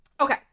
okay